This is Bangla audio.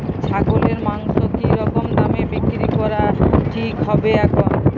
ছাগলের মাংস কী রকম দামে বিক্রি করা ঠিক হবে এখন?